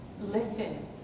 listen